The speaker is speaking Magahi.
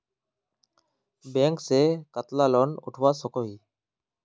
बैंक से कतला लोन उठवा सकोही?